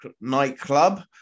nightclub